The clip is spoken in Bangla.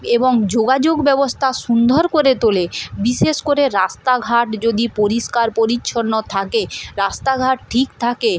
এবং যোগাযোগ ব্যবস্থা সুন্দর করে তোলে বিশেষ করে রাস্তাঘাট যদি পরিষ্কার পরিচ্ছন্ন থাকে রাস্তাঘাট ঠিক থাকে